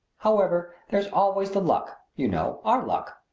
however, there's always the luck, you know our luck!